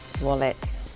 wallet